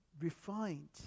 refined